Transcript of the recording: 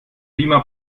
beamer